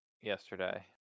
yesterday